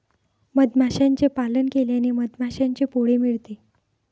मधमाशांचे पालन केल्याने मधमाशांचे पोळे मिळते